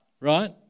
right